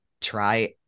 try